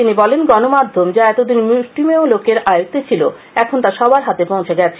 তিনি বলেন গণমাধ্যম যা এতদিন মুষ্টিমেয় লোকের আয়ত্বে ছিল এখন তা সবার হাতে পৌঁছে গেছে